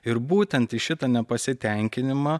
ir būtent į šitą nepasitenkinimą